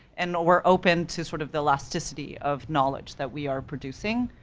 and we're open to, sort of the elasticity of knowledge that we are producing,